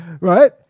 Right